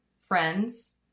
friends